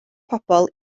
pobl